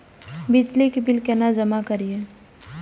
बिजली के बिल केना जमा करिए?